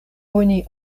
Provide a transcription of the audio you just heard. oni